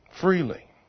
freely